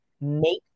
make